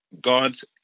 God's